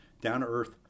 down-to-earth